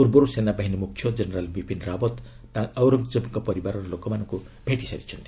ପୂର୍ବରୁ ସେନାବାହିନୀ ମୁଖ୍ୟ ଜେନେରାଲ୍ ବିପିନ୍ ରାଓତ୍ ମଧ୍ୟ ଆଉରଙ୍ଗ୍ଜେବ୍ଙ୍କ ପରିବାରର ଲୋକଙ୍କ ଭେଟି ସାରିଛନ୍ତି